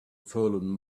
fallen